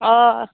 हय